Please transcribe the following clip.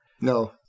No